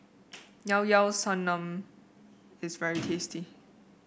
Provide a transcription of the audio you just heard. Llao Llao Sanum is very tasty